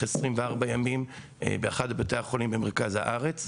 24 ימים באחד מבתי החולים במרכז הארץ.